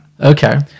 Okay